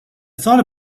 thought